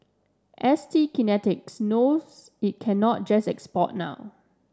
S T Kinetics knows it cannot just export now